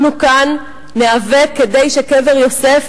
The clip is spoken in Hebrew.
אנחנו כאן ניאבק כדי שקבר יוסף,